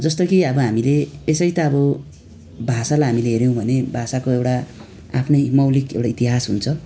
जस्तो कि अब हामीले यसै त अब भाषालाई हामीले हेऱ्यौँ भने भाषाको एउटा आफ्नै मौलिक एउटा इतिहास हुन्छ